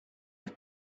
have